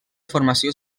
formació